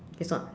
it's not